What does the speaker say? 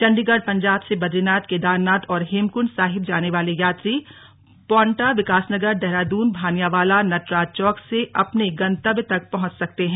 चंडीगढ़ पंजाब से बद्रीनाथ केदारनाथ और हेमकुंड साहिब जाने वाले यात्री पांवटा विकासनगर देहरादून भानियावाला नटराज चौक से अपने गंतव्य तक पहुंच सकते हैं